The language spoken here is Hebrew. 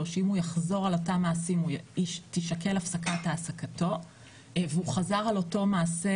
שאם הוא יחזור על אותם מעשים תישקל הפסקת העסקתו והוא חזר על אותו מעשה,